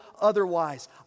otherwise